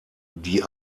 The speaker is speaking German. die